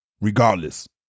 Regardless